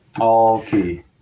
okay